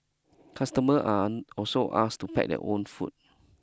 customer are also asked to pack their own food